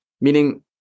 meaning